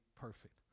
perfect